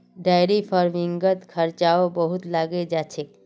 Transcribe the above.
dairy फ़ार्मिंगत खर्चाओ बहुत लागे जा छेक